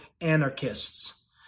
Anarchists